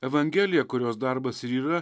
evangelija kurios darbas ir yra